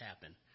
happen